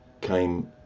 came